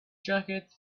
jacket